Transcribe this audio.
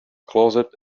closet